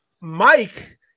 Mike